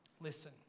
Listen